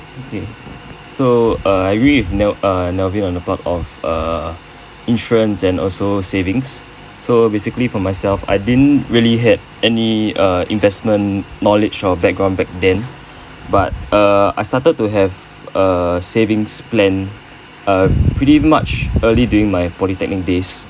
okay so uh I agree with uh Melvin on the part of uh insurance and also savings so basically for myself I didn't really had any uh investment knowledge or background back then but uh I started to have a savings plan uh pretty much early during my polytechnic days